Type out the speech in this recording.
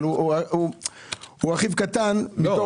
אבל הוא רכיב קטן --- לא,